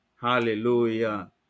Hallelujah